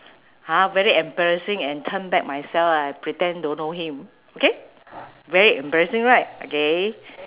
!huh! very embarrassing and turn back myself and I pretend don't know him okay very embarrassing right okay